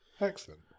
Excellent